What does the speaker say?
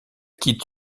quitte